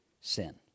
sin